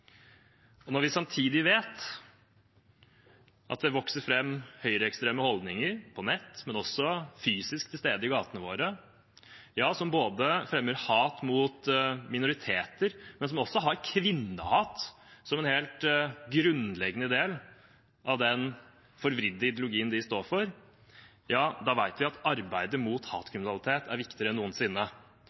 Når vi samtidig vet at det vokser fram høyreekstreme holdninger på nett – men det er også fysisk til stede i gatene våre – som fremmer hat mot minoriteter, men som også har kvinnehat som en helt grunnleggende del av den forvridde ideologien de står for, vet vi at arbeidet mot hatkriminalitet er viktigere enn noensinne.